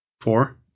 Four